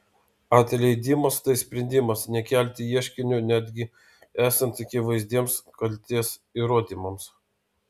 atleidimas tai sprendimas nekelti ieškinio netgi esant akivaizdiems kaltės įrodymams